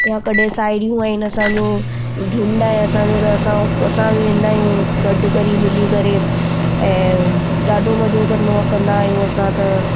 या कॾहिं साहिड़ियूं आहिनि असांजूं झुण्ड आहे असांजो त असां असां बि वेंदा आहियूं गॾु कॾहिं मिली करे ऐं ॾाढो मज़ो कंदो कंदा आहियूं असां त